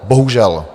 Bohužel.